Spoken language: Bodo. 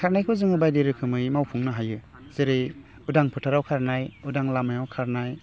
खारनायखौ जों बायदि रोखोमै मावफुंनो हायो जेरै उदां फोथाराव खारनाय उदां लामायाव खारनाय